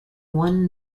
one